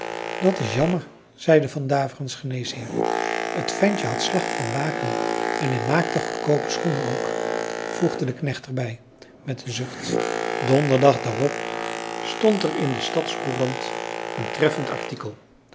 dat is jammer zeide van daveren's geneesheer t ventje had slag van waken en hij maakte goedkoope schoenen ook voegde de knecht er bij met een zucht donderdag daarop stond er in de stadscourant een treffend